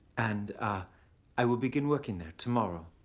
and ah i will begin working there tomorrow.